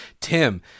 Tim